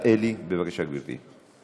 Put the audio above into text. בבקשה, גברתי.